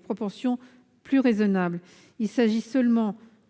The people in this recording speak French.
proportions plus raisonnables : il s'agit seulement